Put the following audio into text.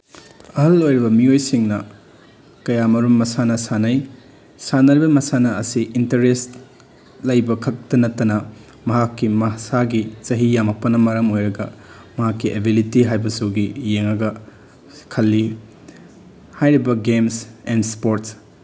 ꯑꯍꯜ ꯑꯣꯏꯔꯕ ꯃꯤꯑꯣꯏꯁꯤꯡꯅ ꯀꯌꯥꯃꯔꯨꯝ ꯃꯁꯥꯟꯅ ꯁꯥꯟꯅꯩ ꯁꯥꯟꯅꯔꯤꯕ ꯃꯁꯥꯟꯅ ꯑꯁꯤ ꯏꯟꯇꯔꯦꯁ ꯂꯩꯕ ꯈꯛꯇ ꯅꯠꯇꯅ ꯃꯍꯥꯛꯀꯤ ꯃꯁꯥꯒꯤ ꯆꯍꯤ ꯌꯥꯝꯃꯛꯄꯅ ꯃꯔꯝ ꯑꯣꯏꯔꯒ ꯃꯍꯥꯛꯀꯤ ꯑꯦꯕꯤꯂꯤꯇꯤ ꯍꯥꯏꯕꯁꯤꯒꯤ ꯌꯦꯡꯉꯒ ꯈꯜꯂꯤ ꯍꯥꯏꯔꯤꯕ ꯒꯦꯝꯁ ꯑꯦꯟ ꯏꯁꯄꯣꯔꯠꯁ